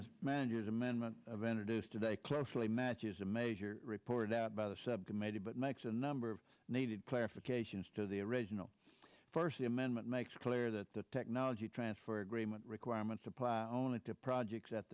the manager's amendment venit is today closely matches a major report by the subcommittee but makes a number of needed clarification as to the original first amendment makes clear that the technology transfer agreement requirements apply only to projects at